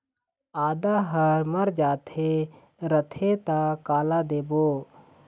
आदा हर मर जाथे रथे त काला देबो?